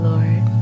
Lord